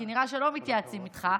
כי נראה שלא מתייעצים איתך,